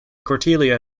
cordelia